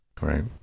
Right